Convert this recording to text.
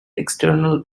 external